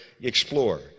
explore